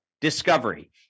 discovery